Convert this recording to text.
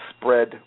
spread